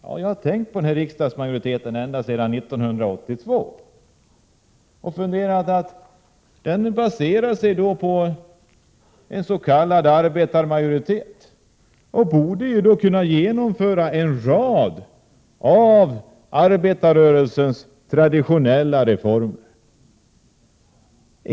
Ja, jag har tänkt på riksdagsmajoriteten ända sedan 1982. Vi har ju en s.k. arbetarmajoritet och borde därför kunna genomföra en rad av arbetarrörelsens traditionella reformer.